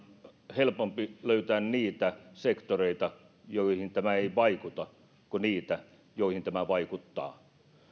helpompi löytää niitä sektoreita joihin tämä ei vaikuta kuin niitä joihin tämä vaikuttaa